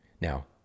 Now